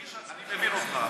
אני מבין אותך,